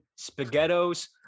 spaghettos